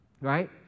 right